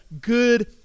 good